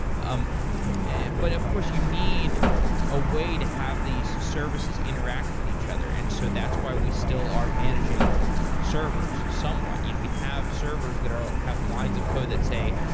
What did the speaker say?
um but of course, you need a way to have these services interact with each other, and so that's why we still are managing servers somewhat. you know we have servers that have lines of codes that say,